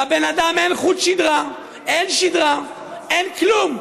לבן אדם אין חוט שדרה, אין שדרה, אין כלום.